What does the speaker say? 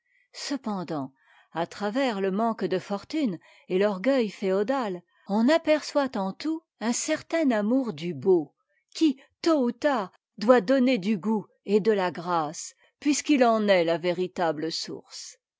cependant à travers le manque de fortune et l'orgueil féodal on aperçoit en tout un certain amour du beau qui tôt ou tard doit donner du goût et de la grâce puisqu'il en est la véritable source